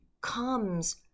comes